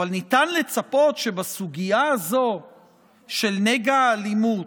אבל ניתן לצפות שבסוגיה הזאת של נגע האלימות,